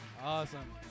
Awesome